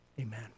amen